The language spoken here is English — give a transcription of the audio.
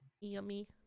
yummy